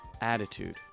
attitude